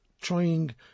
trying